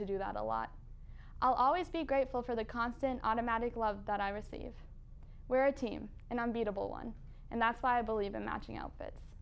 to do that a lot i'll always be grateful for the constant automatic love that i receive where a team and i'm beatable one and that's why i believe in matching outfits